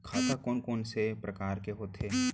खाता कोन कोन से परकार के होथे?